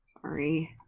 Sorry